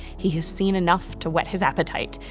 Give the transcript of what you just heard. he has seen enough to whet his appetite,